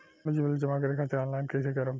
बिजली बिल जमा करे खातिर आनलाइन कइसे करम?